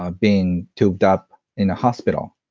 um being tubed up in a hospital.